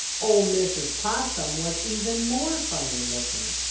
ol' mrs. possum was even more funny-looking.